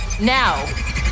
Now